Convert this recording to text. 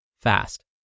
fast